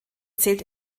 zählt